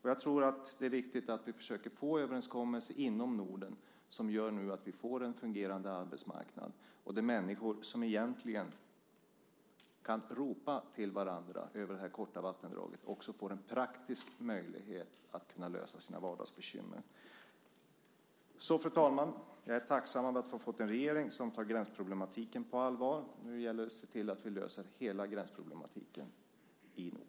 Jag tror att det är viktigt att vi försöker få överenskommelser inom Norden som gör att vi får en fungerande arbetsmarknad, så att människor som egentligen kan ropa till varandra över det här smala vattendraget får en praktisk möjlighet att lösa sina vardagsbekymmer. Fru talman! Jag är tacksam över att vi har fått en regering som tar gränsproblematiken på allvar. Nu gäller det att se till att vi löser hela gränsproblematiken i Norden.